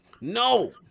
no